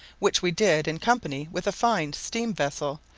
which we did in company with a fine steam-vessel,